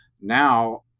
Now